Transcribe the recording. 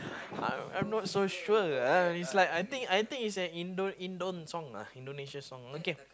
I'm not so sure uh it's like I think I think it's a Indo Indon Indonesia songs okay